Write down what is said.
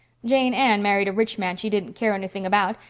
jane ann married a rich man she didn't care anything about,